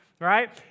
right